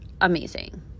amazing